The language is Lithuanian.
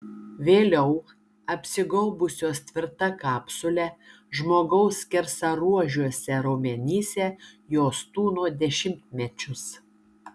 vėliau apsigaubusios tvirta kapsule žmogaus skersaruožiuose raumenyse jos tūno dešimtmečius